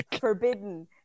Forbidden